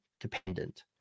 dependent